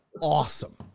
awesome